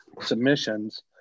submissions